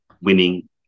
winning